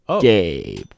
Gabe